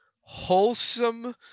wholesome